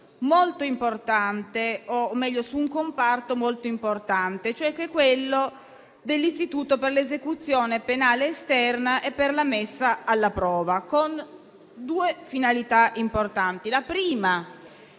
su un istituto - o, meglio, su un comparto - molto importante, cioè l'Istituto per l'esecuzione penale esterna e per la messa alla prova, con due finalità importanti. La prima